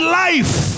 life